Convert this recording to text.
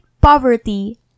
poverty